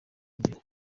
imbere